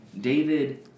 David